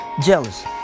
Jealous